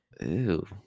Ew